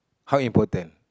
how important